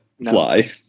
fly